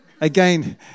Again